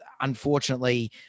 Unfortunately